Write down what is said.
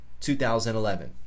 2011